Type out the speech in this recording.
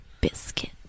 biscuit